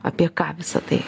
apie ką visa tai